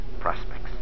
Prospects